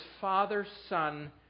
father-son